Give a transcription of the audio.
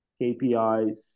KPIs